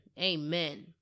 amen